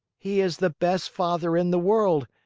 he is the best father in the world,